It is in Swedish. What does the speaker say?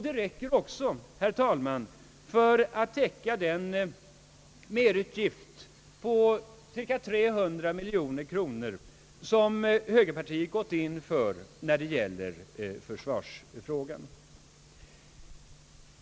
De räcker också, herr talman, för att täcka den merutgift på cirka 300 miljoner kronor som högerpartiet gått in för när det gäller försvaret.